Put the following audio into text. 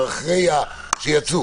כבר אחרי שיצאו.